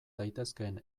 daitezkeen